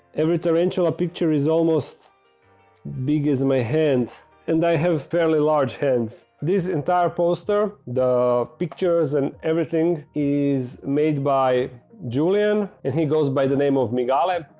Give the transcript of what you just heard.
every tarantula picture is almost big as and my hand and i have fairly large hands. this entire poster the pictures and everything is made by julian, and he goes by the name of migale,